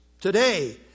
today